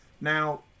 Now